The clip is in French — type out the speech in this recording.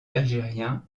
algériens